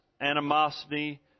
animosity